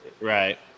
right